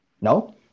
No